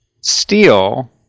steel